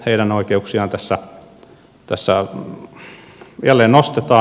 heidän oikeuksiaan tässä jälleen nostetaan